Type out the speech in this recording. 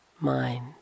mind